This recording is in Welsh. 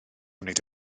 wneud